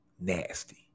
Nasty